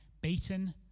beaten